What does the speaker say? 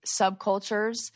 subcultures